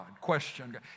question